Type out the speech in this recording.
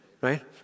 Right